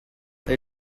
they